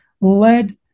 led